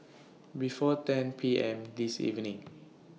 before ten P M This evening